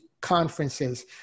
conferences